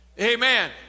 Amen